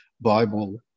Bible